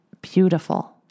beautiful